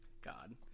god